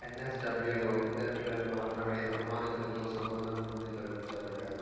ఎన్ఎస్డబ్ల్యూలో ఇద్దరు పిల్లలు మాత్రమే అనుమానితులతో సంబంధం నుండి తొలగించబడ్డారు